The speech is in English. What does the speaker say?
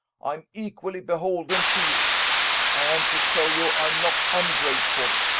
i am equally beholden to you and, to show you i am not ungrateful,